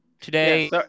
Today